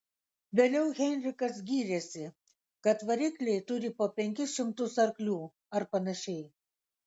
vėliau heinrichas gyrėsi kad varikliai turi po penkis šimtus arklių ar panašiai